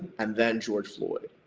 and then george floyd.